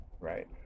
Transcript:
Right